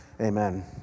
Amen